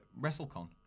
WrestleCon